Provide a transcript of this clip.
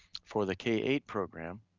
for the k eight program,